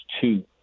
two